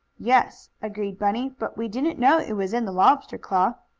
yes, agreed bunny, but we didn't know it was in the lobster's claw.